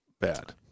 Bad